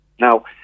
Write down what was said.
Now